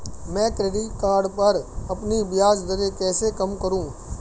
मैं credit card पर अपनी ब्याज दरें कैसे कम करूँ?